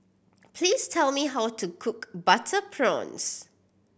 please tell me how to cook butter prawns